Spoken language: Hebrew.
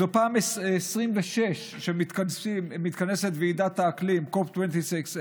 זו הפעם ה-26 שמתכנסת ועידת האקלים COP26,